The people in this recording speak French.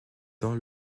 dans